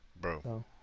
Bro